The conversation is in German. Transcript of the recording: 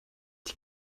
die